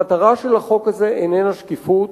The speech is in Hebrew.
המטרה של החוק הזה איננה שקיפות.